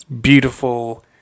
beautiful